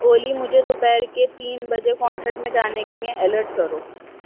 اولی مجھے دوپہر کے تین بجے کنسرٹ میں جانے کے لیے الٹ کرو